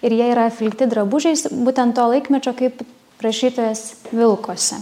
ir jie yra apvilkti drabužiais būtent to laikmečio kaip rašytojas vilkosi